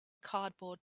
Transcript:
cardboard